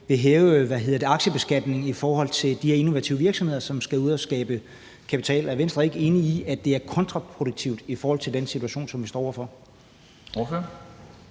vil hæve aktiebeskatningen i forhold til de her innovative virksomheder, som skal ud og skabe kapital? Er Venstre ikke enig i, at det er kontraproduktivt i forhold til den situation, som vi står over for?